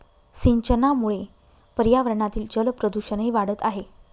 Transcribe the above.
सिंचनामुळे पर्यावरणातील जलप्रदूषणही वाढत आहे